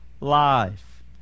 life